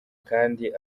kandi